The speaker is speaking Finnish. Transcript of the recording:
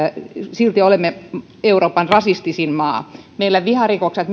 silti olemme euroopan rasistisin maa meillä viharikokset